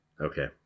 Okay